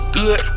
good